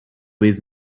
with